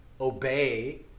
obey